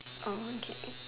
Oh okay